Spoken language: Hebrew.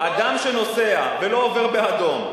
אדם שנוסע ולא עובר באדום,